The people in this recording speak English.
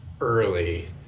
early